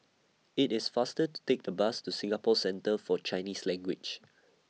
IT IS faster to Take The Bus to Singapore Centre For Chinese Language